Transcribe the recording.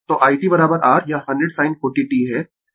तो i t r यह 100 sin 40 t है